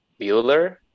Bueller